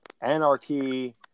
anarchy